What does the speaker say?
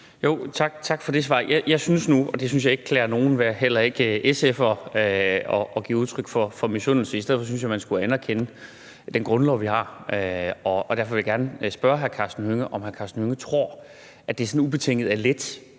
Tak for det svar. Jeg synes nu ikke, det klæder nogen, heller ikke SF'ere, at give udtryk for misundelse. I stedet for synes jeg man skulle anerkende den grundlov, vi har, og derfor vil jeg gerne spørge hr. Karsten Hønge, om hr. Karsten Hønge tror, at det sådan ubetinget er let